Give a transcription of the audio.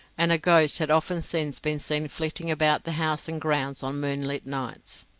and a ghost had often since been seen flitting about the house and grounds on moonlight nights.